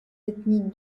ethnies